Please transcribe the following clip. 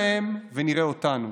נסתכל עליהם ונראה אותנו,